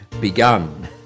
begun